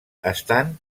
estan